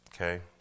okay